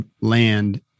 land